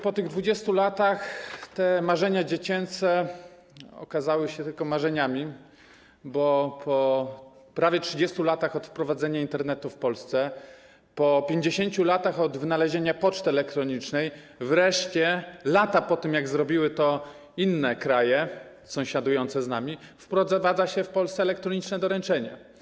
Po 20 latach te marzenia dziecięce okazały się tylko marzeniami, bo po prawie 30 latach od wprowadzenia Internetu w Polsce, po 50 latach od wynalezienia poczty elektronicznej, wreszcie lata po tym, jak zrobiły to inne kraje sąsiadujące z nami, wprowadza się w Polsce elektroniczne doręczenia.